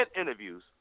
interviews